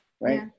right